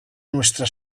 nuestra